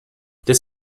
this